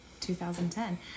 2010